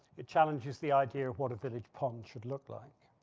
it challenges the idea of what a village pond should look like.